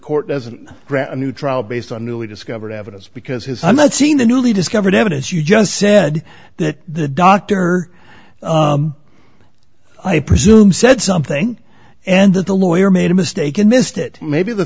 court doesn't grant a new trial based on newly discovered evidence because his i'm not seeing the newly discovered evidence you just said that the doctor i presume said something and that the lawyer made a mistake and missed it maybe the